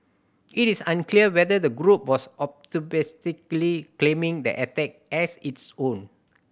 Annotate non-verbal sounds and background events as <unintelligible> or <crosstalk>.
it is unclear whether the group was <unintelligible> claiming the attack as its own